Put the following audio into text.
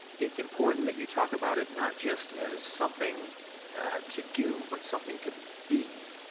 it's important that you talk about it not just as something to do but something to be.